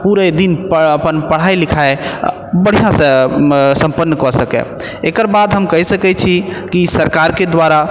पूरे दिन अपन पढ़ाइ लिखाइ बढ़िऑं से सम्पन्न कऽ सकैत एकर बाद हम कहि सकैत छी कि सरकारके दुआरा